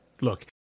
Look